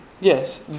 yes